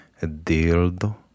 dildo